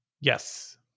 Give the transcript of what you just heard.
Yes